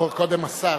קודם השר.